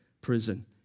prison